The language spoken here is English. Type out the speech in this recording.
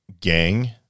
gang